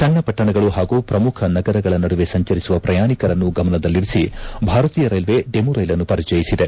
ಸಣ್ಣ ಪಟ್ಟಣಗಳು ಪಾಗೂ ಪ್ರಮುಖ ನಗರಗಳ ನಡುವೆ ಸಂಚರಿಸುವ ಪ್ರಯಾಣಿಕರನ್ನು ಗಮನದಲ್ಲಿರಿಸಿ ಭಾರತೀಯ ರೈಲ್ವೆ ಡೆಮು ರೈಲನ್ನು ಪರಿಚಯಿಸಿದೆ